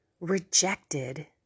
rejected